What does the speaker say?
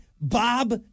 Bob